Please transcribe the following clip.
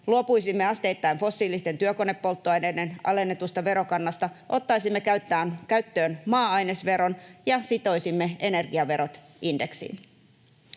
luopuisimme asteittain fossiilisten työkonepolttoaineiden alennetusta verokannasta, ottaisimme käyttöön maa-ainesveron ja sitoisimme energiaverot indeksiin.